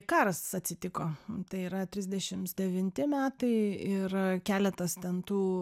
karas atsitiko tai yra trisdešimts devinti metai ir keletas ten tų